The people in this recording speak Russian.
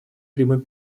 прямым